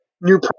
New